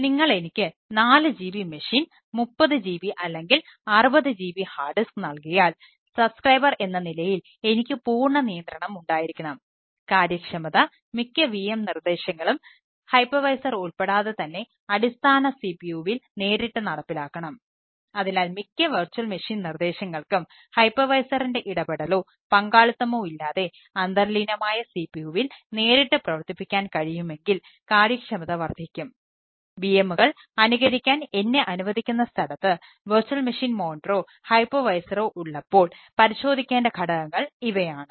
അതിനാൽ നിങ്ങൾ എനിക്ക് 4 GB മെഷീൻ 30 GB അല്ലെങ്കിൽ 60 GB ഹാർഡ് ഡിസ്ക് ഉള്ളപ്പോൾ പരിശോധിക്കേണ്ട ഘടകങ്ങൾ ഇവയാണ്